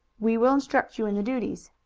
we will instruct you in the duties.